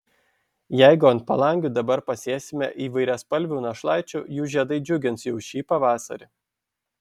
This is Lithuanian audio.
jeigu ant palangių dabar pasėsime įvairiaspalvių našlaičių jų žiedai džiugins jau ši pavasarį